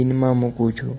બીન મા મૂકું છું